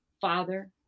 father